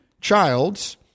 Childs